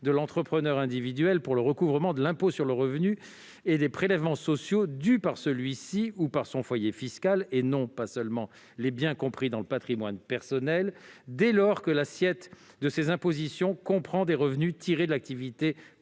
de l'entrepreneur individuel pour le recouvrement de l'impôt sur le revenu et des prélèvements sociaux dus par celui-ci ou par son foyer fiscal, et non pas seulement les biens compris dans le patrimoine personnel, dès lors que l'assiette de ces impositions comprend des revenus tirés de l'activité professionnelle